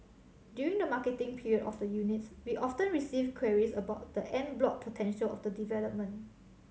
during the marketing period of the units we often receive queries about the en bloc potential of the development